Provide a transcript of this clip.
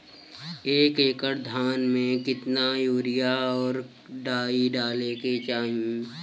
एक एकड़ धान में कितना यूरिया और डाई डाले के चाही?